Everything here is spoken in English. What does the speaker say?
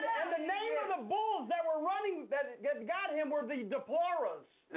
and the name of the bulls that were running, that got got him were the deploras.